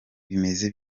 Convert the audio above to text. bimeze